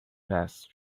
passed